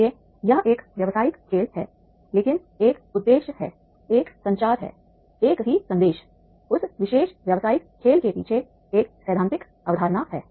इसलिए यह एक व्यवसायिक खेल है लेकिन एक उद्देश्य है एक संचार है एक है संदेश उस विशेष व्यावसायिक खेल के पीछे एक सैद्धांतिक अवधारणा है